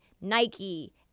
Nike